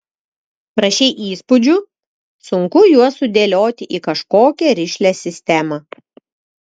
prašei įspūdžių sunku juos sudėlioti į kažkokią rišlią sistemą